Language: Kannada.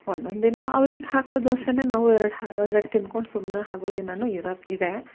ಒಂದೊಂದು ದಿನ ಅವ್ರಿಗೆ ಹಾಕೋ ದೋಸೆಯೇ ನಾವು ಎರಡು ಹಾ ಎರಡು ತಿಂದ್ಕೊಂಡು ಸುಮ್ಮನೆ ಆಗೋ ದಿನವೂ ಇರ ಇದೆ